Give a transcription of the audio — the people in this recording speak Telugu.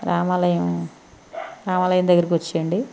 రామాలయం రామాలయం దగ్గరికి వచ్చేయండి